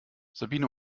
sabine